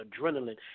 adrenaline